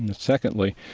and secondly,